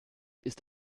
ist